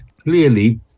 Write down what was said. clearly